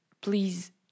Please